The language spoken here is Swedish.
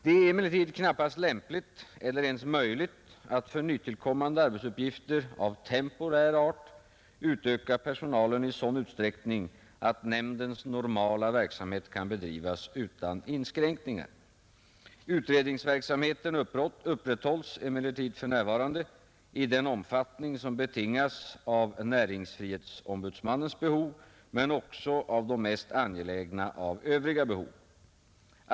Det är emellertid knappast lämpligt eller ens möjligt att för nytillkommande arbetsuppgifter av temporär art utöka personalen i sådan utsträckning att nämndens normala verksamhet kan bedrivas utan inskränkningar. Utredningsverksamheten upprätthålls emellertid för närvarande i den omfattning som betingas av näringsfrihetsombudsmannens behov men också av de mest angelägna av övriga behov.